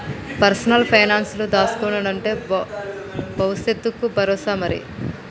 personal పైనాన్సుల దాస్కునుడంటే బవుసెత్తకు బరోసా మరి